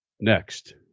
next